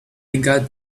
got